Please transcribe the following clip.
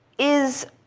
is